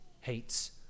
hates